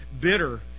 bitter